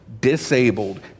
disabled